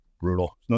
brutal